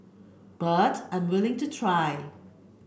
but I'm willing to try